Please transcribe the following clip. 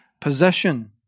possession